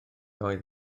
oedd